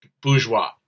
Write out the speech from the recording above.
bourgeois